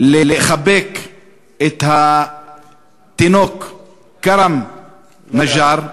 לחבק את התינוק כרם א-נג'אר,